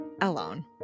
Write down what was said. alone